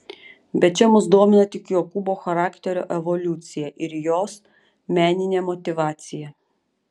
bet čia mus domina tik jokūbo charakterio evoliucija ir jos meninė motyvacija